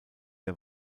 der